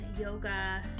yoga